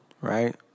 right